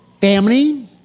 family